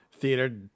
Theater